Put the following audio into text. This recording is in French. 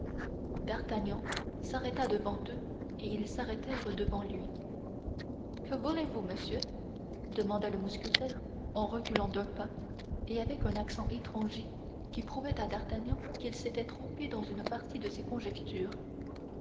d'artagnan s'arrêta devant eux et ils s'arrêtèrent devant lui que voulez-vous monsieur demanda le mousquetaire en reculant d'un pas et avec un accent étranger qui prouvait à d'artagnan qu'il s'était trompé dans une partie de ses conjectures